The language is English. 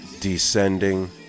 Descending